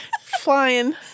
flying